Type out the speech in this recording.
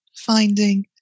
finding